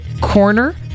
corner